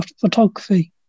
photography